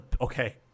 okay